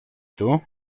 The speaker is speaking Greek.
του